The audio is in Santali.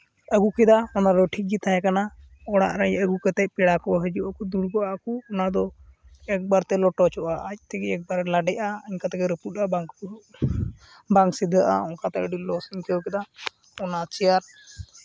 ᱟᱹᱜᱩ ᱠᱮᱫᱟ ᱚᱱᱟ ᱫᱚ ᱴᱷᱤᱠ ᱜᱮ ᱛᱟᱦᱮᱸ ᱠᱟᱱᱟ ᱚᱲᱟᱜ ᱨᱮ ᱟᱹᱜᱩ ᱠᱟᱛᱮᱫ ᱯᱮᱲᱟ ᱠᱚ ᱦᱤᱡᱩᱜ ᱟᱠᱚ ᱫᱩᱲᱩᱵᱚᱜᱼᱟ ᱠᱚ ᱚᱱᱟ ᱫᱚ ᱮᱠᱵᱟᱨ ᱛᱮ ᱞᱚᱴᱚᱡᱚᱜᱼᱟ ᱟᱡ ᱛᱮᱜᱮ ᱮᱠᱵᱟᱨᱮ ᱞᱟᱰᱮᱜᱼᱟ ᱤᱱᱠᱟᱹ ᱛᱮᱜᱮ ᱨᱟᱹᱯᱩᱫᱚᱜᱼᱟ ᱵᱟᱝ ᱠᱚ ᱵᱟᱝ ᱥᱤᱫᱷᱟᱹᱜᱼᱟ ᱚᱱᱠᱟᱛᱮ ᱟᱹᱰᱤ ᱞᱚᱥ ᱤᱧ ᱟᱹᱭᱠᱟᱹᱣ ᱠᱮᱫᱟ ᱚᱱᱟ ᱪᱮᱭᱟᱨ